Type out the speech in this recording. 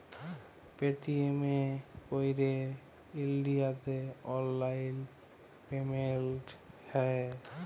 Paytm এ ক্যইরে ইলডিয়াতে অললাইল পেমেল্ট হ্যয়